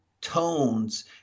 tones